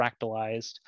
fractalized